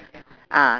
ah